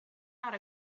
not